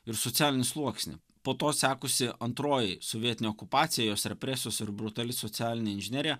ir socialinį sluoksnį po to sekusi antroji sovietinė okupacija jos represijos ir brutali socialinė inžinerija